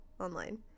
online